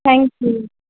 thank you